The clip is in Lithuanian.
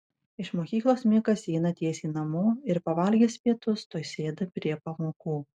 iš mokyklos mikas eina tiesiai namo ir pavalgęs pietus tuoj sėda prie pamokų